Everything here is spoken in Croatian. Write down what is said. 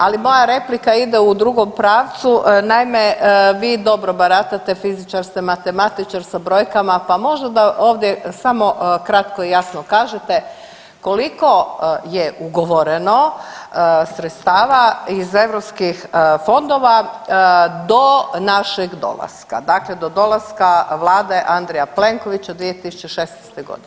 Ali moja replika ide u drugom pravcu, naime vi dobro baratate, fizičar ste, matematičar sa brojkama, pa možda da ovdje samo kratko i jasno kažete, koliko je ugovoreno sredstava iz Europskih fondova do našeg dolaska, dakle do dolaska Vlade Andreja Plenkovića 2016. godine.